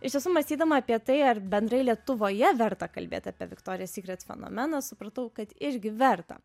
iš tiesų mąstydama apie tai ar bendrai lietuvoje verta kalbėt apie viktorija sykrets fenomeną supratau kad irgi verta